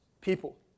people